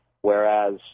whereas